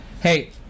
hey